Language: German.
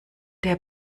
der